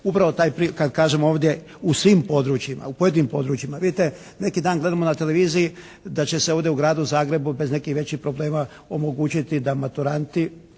Upravo taj, kad kažemo ovdje u svim područjima, u pojedinim područjima vidite neki dan gledamo na televiziji da će se ovdje u Gradu Zagrebu bez nekih većih problema omogućiti da maturanti,